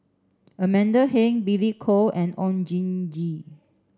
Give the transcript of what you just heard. Amanda Heng Billy Koh and Oon Jin Gee